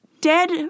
dead